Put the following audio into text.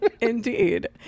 Indeed